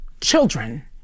children